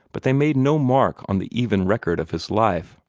but they made no mark on the even record of his life.